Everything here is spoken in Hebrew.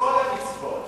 כל המצוות.